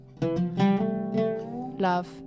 love